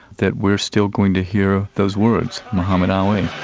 that we are still going to hear those words muhammad ali.